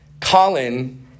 Colin